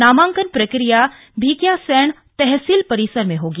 नामंकन प्रकिया भिकियासैंण तहसील परिसर में होगी